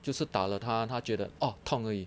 就是打了他他觉得 orh 痛而已